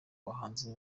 abahanzi